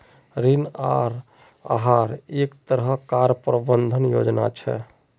ऋण आहार एक तरह कार प्रबंधन योजना छे